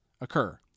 occur